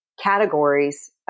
categories